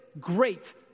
great